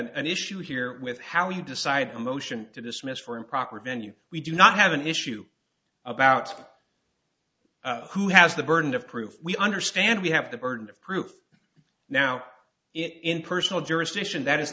end issue here with how we decide the motion to dismiss for improper venue we do not have an issue about who has the burden of proof we understand we have the burden of proof now in personal jurisdiction that is